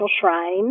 Shrine